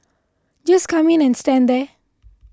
just come in and stand there